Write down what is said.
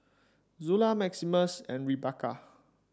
Zula Maximus and Rebekah